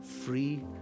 free